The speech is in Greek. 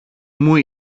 μου